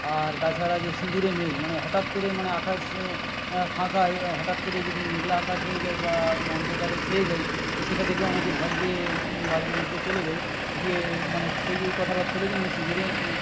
আর তাছাড়া যে সিঁদুরে মেঘ মানে হঠাৎ করে মানে আকাশ ফাঁকা হঠাৎ করে যদি মেঘলা আকাশ হয়ে যায় বা অন্ধকারে ছেয়ে যায় তো সেটা দেখে অনেকে ভয় পেয়ে বাড়ির মধ্যে চলে যায় গিয়ে মানে সেই এই কথার অর্থ হলো যে মানে সিঁদুরে